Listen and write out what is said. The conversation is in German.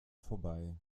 vorbei